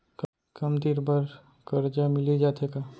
कम दिन बर करजा मिलिस जाथे का?